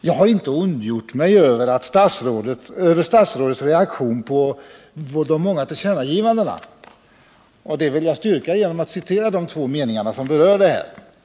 Jag har inte ondgjort mig över statsrådets reaktion på de många tillkännagivandena, och det vill jag styrka genom att citera de meningar i mitt huvudanförande som berör detta.